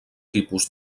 tipus